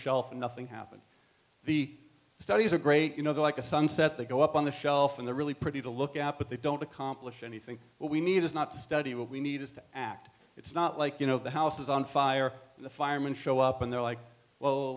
shelf and nothing happened the studies are great you know like a sunset they go up on the shelf and the really pretty to look at but they don't accomplish anything what we need is not study what we need is to act it's not like you know the house is on fire the firemen show up and they're like well